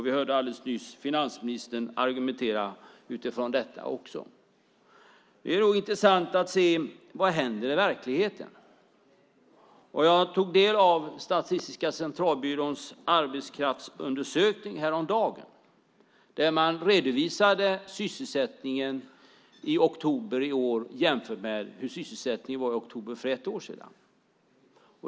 Vi hörde alldeles nyss finansministern argumentera utifrån detta också. Det är då intressant att se vad som händer i verkligheten. Jag tog del av Statistiska centralbyråns arbetskraftsundersökning häromdagen, där man redovisade sysselsättningen i oktober i år jämfört med hur sysselsättningen var i oktober för ett år sedan.